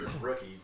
rookie